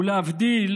ולהבדיל,